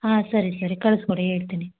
ಹಾಂ ಸರಿ ಸರಿ ಕಳಿಸ್ಕೊಡಿ ಹೇಳ್ತೀನಿ